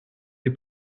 les